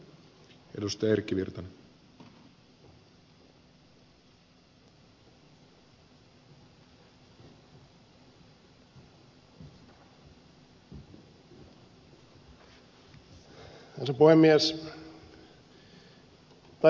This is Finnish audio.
arvoisa puhemies